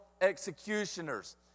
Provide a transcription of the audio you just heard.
executioners